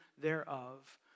thereof